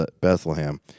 Bethlehem